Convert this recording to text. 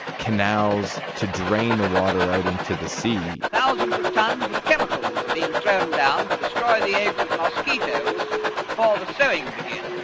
canals, to drain the water out into the sea thousands of tons of chemicals being thrown down to destroy the eggs of mosquitoes before the sowing begins